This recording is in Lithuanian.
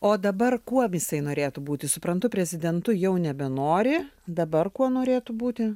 o dabar kuo visai norėtų būti suprantu prezidentu jau nebenori dabar kuo norėtų būti